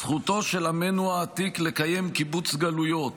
זכותו של עמנו העתיק לקיים קיבוץ גלויות,